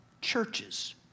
churches